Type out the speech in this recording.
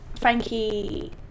Frankie